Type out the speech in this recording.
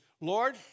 Lord